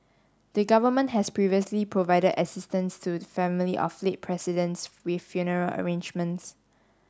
the government has previously provided assistance to the family of late presidents with funeral arrangements